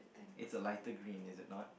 it's a lighter green is it not